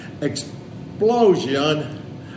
explosion